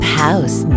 house